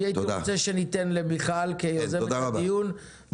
אני הייתי רוצה שניתן למיכל כיוזמת הדיון,